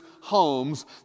homes